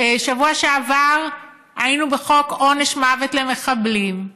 בשבוע שעבר היינו בחוק עונש מוות למחבלים.